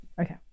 Okay